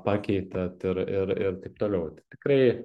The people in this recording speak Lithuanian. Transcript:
pakeitėt ir ir ir taip toliau tikrai